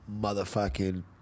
motherfucking